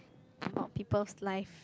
about peoples' life